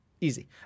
Easy